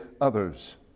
others